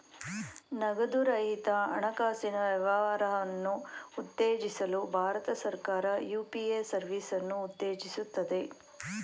ನಗದು ರಹಿತ ಹಣಕಾಸಿನ ವ್ಯವಹಾರವನ್ನು ಉತ್ತೇಜಿಸಲು ಭಾರತ ಸರ್ಕಾರ ಯು.ಪಿ.ಎ ಸರ್ವಿಸನ್ನು ಉತ್ತೇಜಿಸುತ್ತದೆ